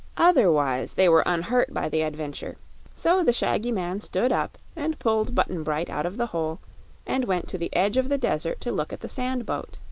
otherwise they were unhurt by the adventure so the shaggy man stood up and pulled button-bright out of the hole and went to the edge of the desert to look at the sand-boat.